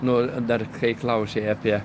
nu dar kai klausei apie